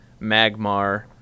Magmar